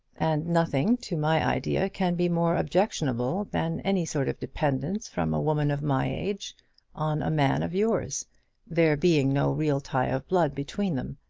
and nothing, to my idea, can be more objectionable than any sort of dependence from a woman of my age on a man of yours there being no real tie of blood between them.